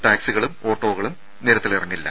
ടാക്സികളും ഓട്ടോയും നിരത്തിലിറങ്ങില്ല